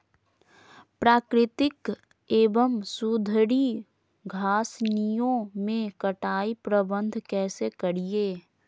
प्राकृतिक एवं सुधरी घासनियों में कटाई प्रबन्ध कैसे करीये?